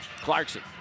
Clarkson